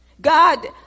God